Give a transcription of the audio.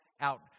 out